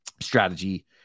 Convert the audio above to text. strategy